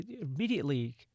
immediately